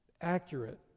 accurate